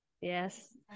yes